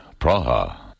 Praha